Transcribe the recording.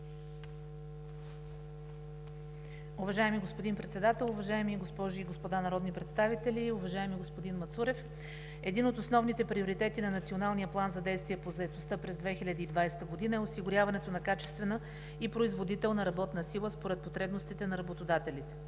Уважаеми господин Председател, уважаеми госпожи и господа народни представители! Уважаеми господин Мацурев, един от основните приоритети на Националния план за действие по заетостта през 2020 г. е осигуряването на качествена и производителна работна сила според потребностите на работодателите.